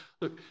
look